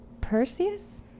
Perseus